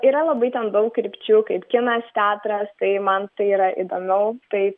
yra labai ten daug krypčių kaip kinas teatras tai man tai yra įdomiau tai